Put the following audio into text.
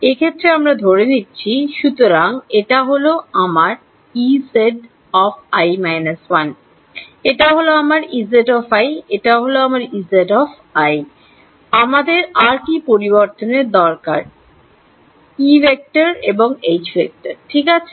এক্ষেত্রে আমরা ধরে নিচ্ছি সুতরাং এটা হল আমার Ezi − 1 এটা হল আমার Ez এটা হল আমার Ez আমাদের আর কি পরিবর্তনের দরকার এবং ঠিক আছে